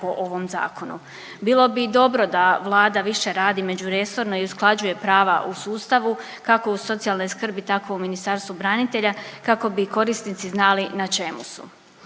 po ovom zakonu. Bilo bi dobro da Vlada više radi međuresorno i usklađuje prava u sustavu kako u socijalnoj skrbi tako i u Ministarstvu branitelja kako bi korisnici znali na čemu su.